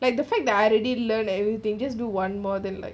like the fact that I already learn everything just do one more than like